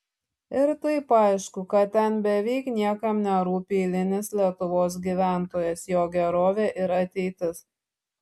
ir taip aišku kad ten beveik niekam nerūpi eilinis lietuvos gyventojas jo gerovė ir ateitis